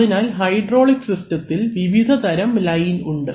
അതിനാൽ ഹൈഡ്രോളിക് സിസ്റ്റത്തിൽ വിവിധതരം ലൈൻ ഉണ്ട്